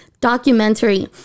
documentary